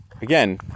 again